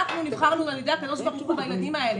אנחנו בורכנו על ידי הקדוש ברוך הוא בילדים האלה,